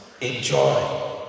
enjoy